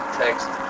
text